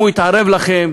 אם הוא התערב לכם